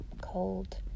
cold